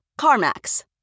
CarMax